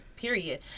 Period